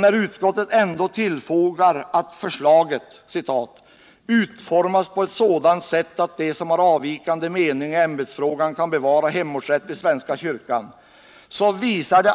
När utskottet ändå tillfogar att förslaget bör ”utformas på ett sådant sätt att de som har en avvikande mening i ämbetsfrågan kan bevara hemortsrätt i svenska kyrkan”, så visar det